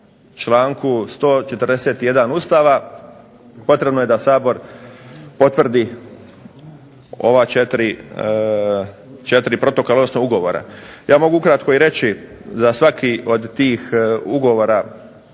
članku 141. Ustava potrebno je da Sabor potvrdi ova 4 ugovora. Ja mogu ukratko i reći za svaki od tih ugovora